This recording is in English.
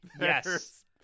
Yes